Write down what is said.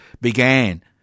began